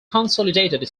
consolidated